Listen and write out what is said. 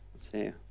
see